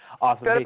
Awesome